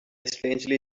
strangely